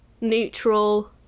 neutral